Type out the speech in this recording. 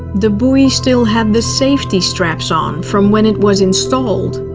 the buoy still had the safety straps on from when it was installed.